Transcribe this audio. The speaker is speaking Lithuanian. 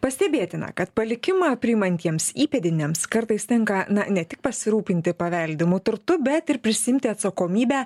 pastebėtina kad palikimą priimantiems įpėdiniams kartais tenka ne tik pasirūpinti paveldimu turtu bet ir prisiimti atsakomybę